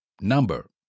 Number